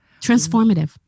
Transformative